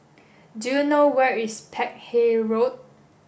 do you know where is Peck Hay Road